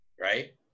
Right